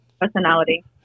personality